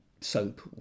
Soap